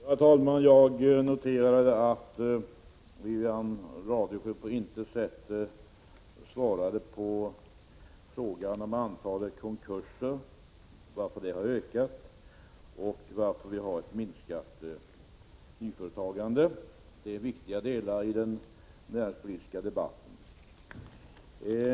Herr talman! Jag noterar att Wivi-Anne Radesjö på intet sätt svarade på frågan varför antalet konkurser har ökat och varför vi har ett minskat nyföretagande. Det är viktiga delar i den näringspolitiska debatten.